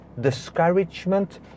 discouragement